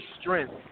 strength